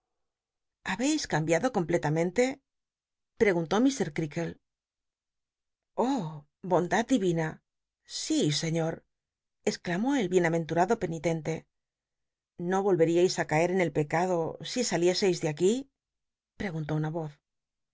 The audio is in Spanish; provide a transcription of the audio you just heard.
habeis cambiado completamente preguntó creakle oh bondad dirina si señor exclamó el bicna elluado penitente lo ohciais ü cae en el pc ado si salieseis de aquí preguntó una voz